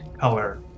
color